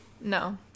No